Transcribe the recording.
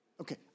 Okay